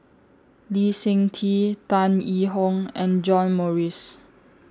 Lee Seng Tee Tan Yee Hong and John Morrice